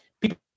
people